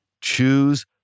Choose